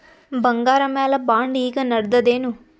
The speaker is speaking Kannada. ಬಂಗಾರ ಮ್ಯಾಲ ಬಾಂಡ್ ಈಗ ನಡದದೇನು?